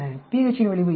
pH இன் விளைவு என்ன